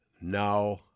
Now